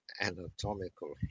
anatomical